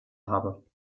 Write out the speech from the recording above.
habe